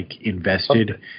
invested